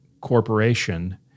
corporation